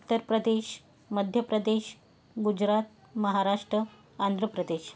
Uttar Pradesh Madhya Pradesh Gujarat Maharashtra Andhra Pradesh